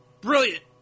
brilliant